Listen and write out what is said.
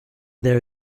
there